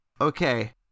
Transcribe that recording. Okay